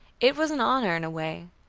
it was an honor in a way,